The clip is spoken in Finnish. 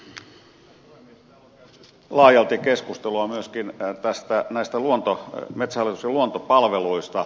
täällä on käyty laajalti keskustelua myöskin metsähallituksen luontopalveluista